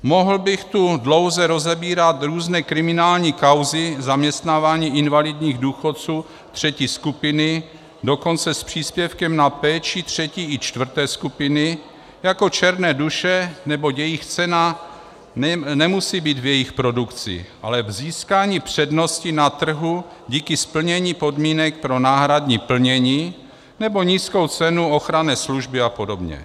Mohl bych tu dlouze rozebírat různé kriminální kauzy zaměstnávání invalidních důchodců třetí skupiny, dokonce s příspěvkem na péči třetí i čtvrté skupiny, jako černé duše, neboť jejich cena nemusí být v jejich produkci, ale v získání přednosti na trhu díky splnění podmínek pro náhradní plnění nebo nízkou cenu ochranné služby apod.